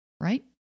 Right